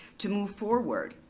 to move forward,